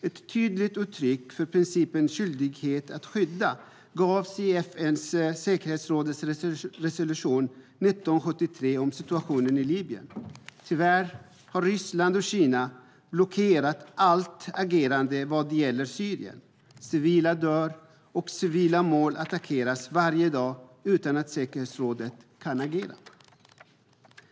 Ett tydligt uttryck för principen skyldighet att skydda gavs i FN:s säkerhetsråds resolution 1973 om situationen i Libyen. Tyvärr har Ryssland och Kina blockerat allt agerande vad gäller Syrien. Civila dör och civila mål attackeras varje dag utan att säkerhetsrådet kan agera.